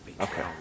Okay